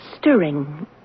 stirring